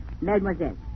Mademoiselle